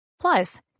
Plus